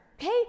okay